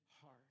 heart